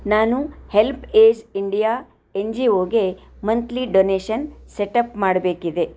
ನಾನು HelpAge India N G ಓಗೆ monthly donation setup ಮಾಡಬೇಕಿದೆ